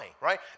right